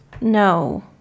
no